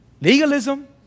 Legalism